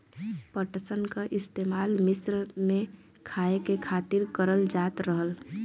पटसन क इस्तेमाल मिस्र में खाए के खातिर करल जात रहल